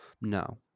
No